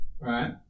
Right